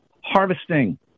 harvesting